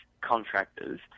contractors